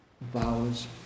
vows